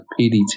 PDT